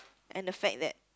and the fact that